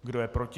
Kdo je proti?